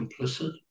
complicit